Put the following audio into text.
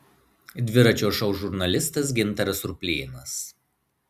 dviračio šou žurnalistas gintaras ruplėnas